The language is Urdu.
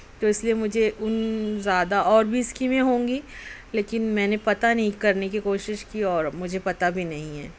تو اس لیے مجھے ان زیادہ اور بھی اسکیمیں ہوں گی لیکن میں نے پتا نہیں کرنے کی کوشش کی اور مجھے پتہ بھی نہیں ہے